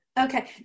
Okay